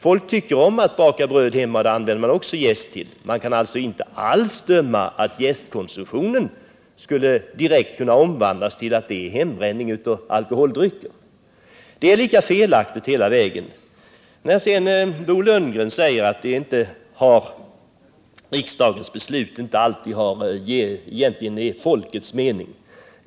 Folk tycker om att baka bröd hemma, och då används det också jäst. Man kan således inte alls med utgångspunkt i jästkonsumtionen hävda att jästen i ökad utsträckning används för hembränning av alkoholdrycker. Bo Lundgren säger att riksdagens beslut återspeglar egentligen inte alltid folkets mening.